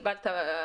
למה לא קיבלת?